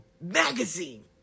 magazine